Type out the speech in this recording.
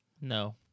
No